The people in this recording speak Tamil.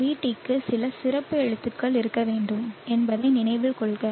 VT க்கு சில சிறப்பு எழுத்துக்கள் இருக்க வேண்டும் என்பதை நினைவில் கொள்க